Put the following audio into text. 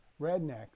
redneck